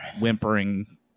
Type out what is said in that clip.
whimpering